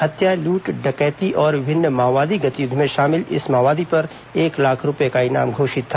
हत्या लूट डकैती और विभिन्न माओवादी गतिविधियों में शामिल इस माओवादी पर एक लाख रूपये का इनाम घोषित था